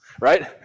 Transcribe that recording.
Right